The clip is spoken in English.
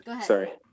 sorry